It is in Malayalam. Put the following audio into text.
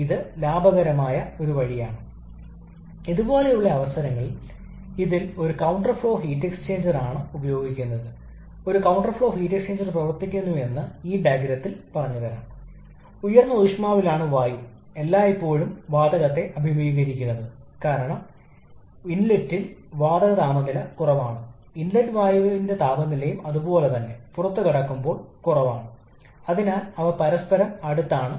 അതിനാൽ അവിടെ നമുക്ക് എല്ലായ്പ്പോഴും എഴുതാം അതിനാൽ ഇവിടെ ഇത് ഒരു ഐസന്റ്രോപിക് പ്രക്രിയയാണ് ഇത് നമ്മൾ സംസാരിക്കുന്നത് പോലെയുള്ള ബന്ധത്തെ പിന്തുടരുന്നു ഈ പ്രത്യേക പ്രക്രിയയെക്കുറിച്ച് ഇത് ബന്ധത്തെ പിന്തുടരുന്നു ഇതിനെക്കുറിച്ചും സമാനമാണ് എന്നിരുന്നാലും n മൂല്യങ്ങൾ വ്യത്യസ്തമാണ്